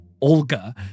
Olga